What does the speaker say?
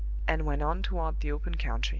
and went on toward the open country.